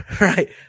right